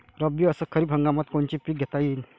रब्बी अस खरीप हंगामात कोनचे पिकं घेता येईन?